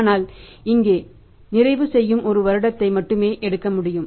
ஆனால் இங்கே நீங்கள் நிறைவு செய்யும் ஒரு வருடத்தை மட்டுமே எடுக்க முடியும்